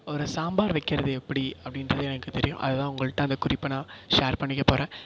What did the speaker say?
ஒரு சாம்பார் வைக்கிறது எப்படி அப்படின்றது எனக்கு தெரியும் அதுதான் உங்கள்கிட்ட அந்த குறிப்பை நான் ஷேர் பண்ணிக்கப் போகறேன்